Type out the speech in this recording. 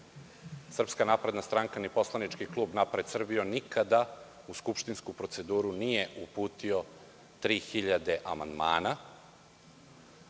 Srpska napredna stranka, ni poslanički klub Napred Srbijo nikada u skupštinsku proceduru nije uputio 3.000 amandmana